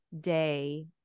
day